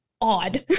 odd